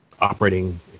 Operating